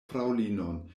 fraŭlinon